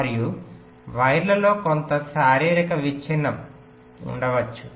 మరియు వైర్లలో కొంత శారీరక విచ్ఛిన్నం ఉండవచ్చు